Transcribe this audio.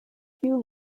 few